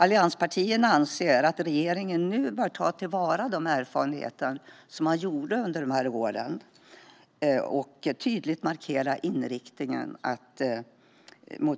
Allianspartierna anser att regeringen nu bör ta till vara de erfarenheter man gjorde under de här åren och tydligt markera att inriktningen på